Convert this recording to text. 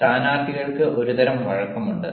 സ്ഥാനാർത്ഥികൾക്ക് ഒരുതരം വഴക്കമുണ്ട്